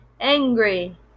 angry